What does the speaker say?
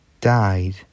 died